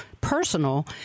personal